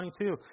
22